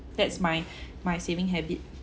that's my my saving habit